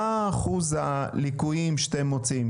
מה אחוז הליקויים שאתם מוצאים?